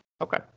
Okay